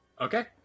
Okay